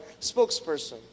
spokesperson